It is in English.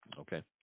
Okay